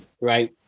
Right